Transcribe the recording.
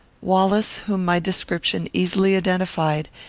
wallace, whom my description easily identified,